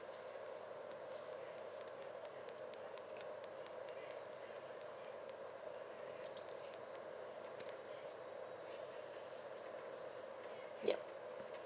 yup